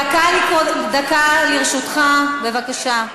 דקה לרשותך, בבקשה.